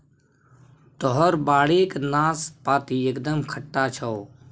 तोहर बाड़ीक नाशपाती एकदम खट्टा छौ